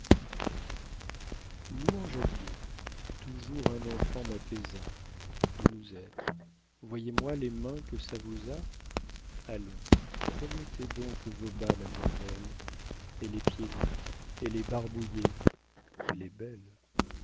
louange à dieu toujours un enfant m'apaisa doux être voyez moi les mains que ça vous a allons remettez donc vos bas mademoiselle elle est pieds nus elle est barbouillée elle est belle